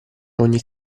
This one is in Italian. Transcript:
ogni